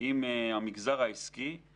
עם המגזר העסקי על